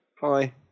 Hi